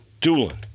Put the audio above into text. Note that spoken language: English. Doolin